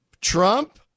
Trump